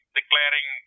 declaring